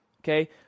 okay